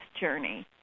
journey